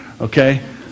Okay